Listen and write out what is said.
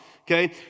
okay